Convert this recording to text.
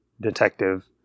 detective